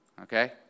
Okay